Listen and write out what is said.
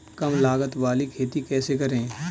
कम लागत वाली खेती कैसे करें?